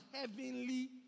heavenly